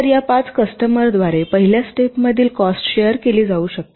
तर या पाच कस्टमरद्वारे पहिल्या स्टेपतील कॉस्ट शेअर केली जाऊ शकते